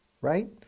right